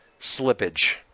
slippage